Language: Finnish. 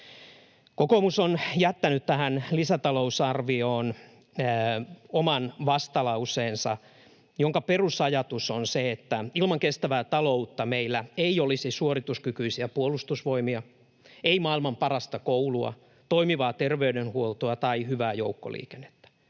Kokoomus on jättänyt tähän lisätalousarvioon oman vastalauseensa, jonka perusajatus on se, että ilman kestävää taloutta meillä ei olisi suorituskykyisiä puolustusvoimia, ei maailman parasta koulua, toimivaa terveydenhuoltoa tai hyvää joukkoliikennettä.